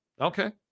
Okay